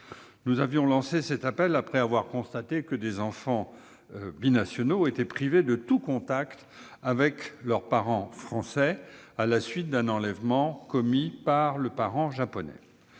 Nous avions lancé cet appel après avoir constaté que des enfants binationaux étaient privés de tout contact avec leur parent français à la suite d'un enlèvement commis par leur parent japonais.